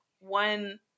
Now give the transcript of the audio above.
one